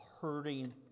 hurting